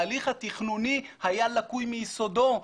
ההליך התכנוני היה לקוי מיסודו,